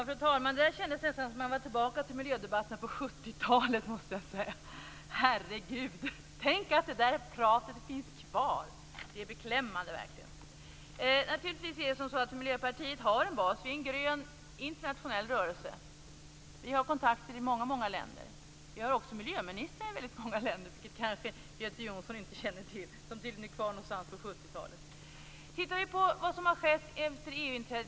Fru talman! Det kändes nästan som att vara tillbaka i miljödebatterna på 70-talet. Herregud, tänk att det där pratet finns kvar! Det är beklämmande. Naturligtvis har Miljöpartiet en bas. Vi är en grön, internationell rörelse med kontakter i många länder. Vi har också miljöministrar i många länder, vilket Göte Jonsson kanske inte känner till. Göte Jonsson är tydligen kvar på 70-talet.